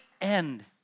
end